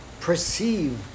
perceive